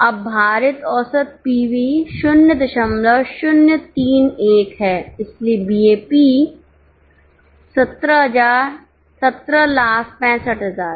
अब भारित औसत पीवी 0031 है इसलिए बीईपी 1765000 है